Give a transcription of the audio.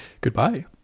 goodbye